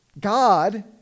God